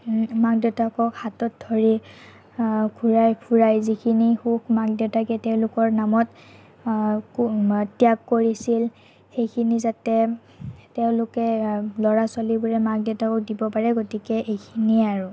মাক দেউতাকক হাতত ধৰি ঘূৰাই ফুৰাই যিখিনি সুখ মাক দেউতাকে তেওঁলোকৰ নামত ত্যাগ কৰিছিল সেইখিনি যাতে তেওঁলোকে ল'ৰা ছোৱালীবোৰে মাক দেউতাকক দিব পাৰে গতিকে এইখিনিয়ে আৰু